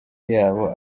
yabo